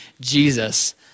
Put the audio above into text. Jesus